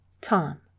Tom